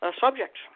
subject